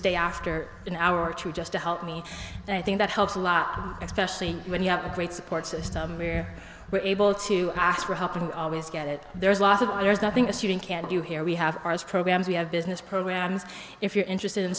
stay after an hour or two just to help me i think that helps a lot especially when you have a great support system where we're able to ask for help and always get it there is a lot of there's nothing a student can do here we have ours programs we have business programs if you're interested in